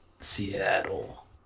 Seattle